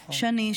שני,